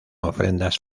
ofrendas